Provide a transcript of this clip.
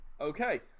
Okay